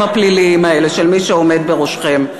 הפליליים האלה של מי שעומד בראשכם.